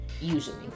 usually